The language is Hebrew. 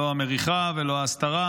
לא המריחה ולא ההסתרה,